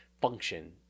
function